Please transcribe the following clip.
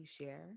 share